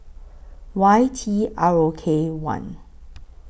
Y T R O K one